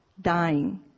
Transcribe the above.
dying